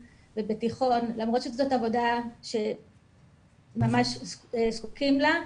ובתיכון למרות שזאת עבודה שממש זקוקים לה,